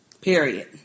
Period